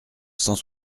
cent